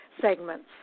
segments